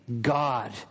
God